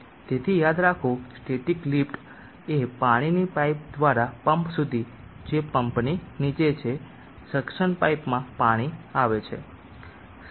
તેથી યાદ રાખો સ્ટેટિક લિફ્ટ એ પાણીની પાઇપ દ્વારા પંપ સુધી જે પંપની નીચે છે સેક્સન પાઇપમાં પાણી આવે છે